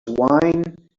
wine